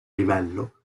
livello